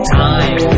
time